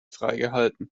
freigehalten